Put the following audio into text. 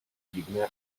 divné